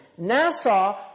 NASA